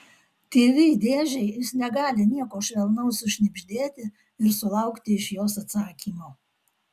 tv dėžei jis negali nieko švelnaus sušnibždėti ir sulaukti iš jos atsakymo